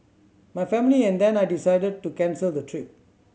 my family and I then decided to cancel the trip